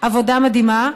עבודה מדהימה.